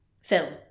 film